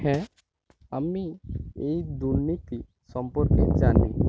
হ্যাঁ আমি এই দুর্নীতি সম্পর্কে জানি